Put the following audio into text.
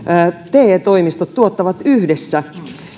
te toimistot tuottavat yhdessä